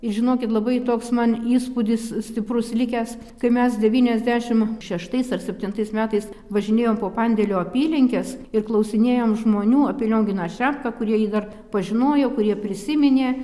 ir žinokit labai toks man įspūdis stiprus likęs kai mes devyniasdešim šeštais ar septintais metais važinėjom po pandėlio apylinkes ir klausinėjom žmonių apie lionginą šepką kurie jį dar pažinojo kurie prisiminė